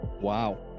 Wow